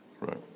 right